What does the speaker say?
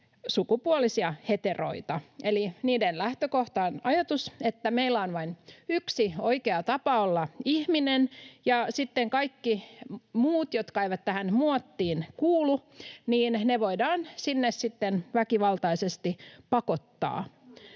sukupuolisia heteroita. Eli niiden lähtökohtana on ajatus, että meillä on vain yksi oikea tapa olla ihminen ja sitten kaikki muut, jotka eivät tähän muottiin kuulu, voidaan sinne väkivaltaisesti pakottaa.